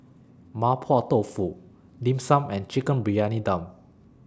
Mapo Tofu Dim Sum and Chicken Briyani Dum